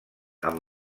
amb